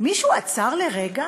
מישהו עצר לרגע